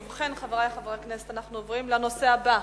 ובכן, חברי חברי הכנסת, אנחנו עוברים לנושא הבא: